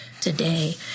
today